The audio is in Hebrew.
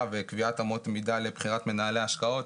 וקביעת אמות מידה לבחירת מנהלי השקעות,